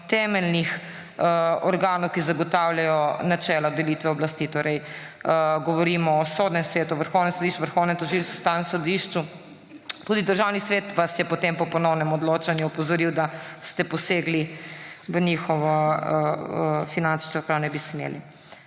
temeljnih organov, ki zagotavljajo načela delitve oblasti. Govorimo o Sodnem svetu, Vrhovnem sodišču, Vrhovnem tožilstvu, Ustavnem sodišču. Tudi Državni svet vas je po ponovnem odločanju opozoril, da ste posegli v njih finančno, čeprav ne bi smeli.